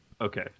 Okay